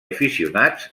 aficionats